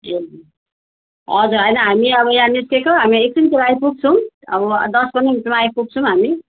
ए हजुर होइन हामी अब यहाँ निस्केको हामी एकछिनबाट आइपुग्छौँ अब दस पन्ध्र मिनटमा आइपुग्छौँ हामी